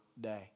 day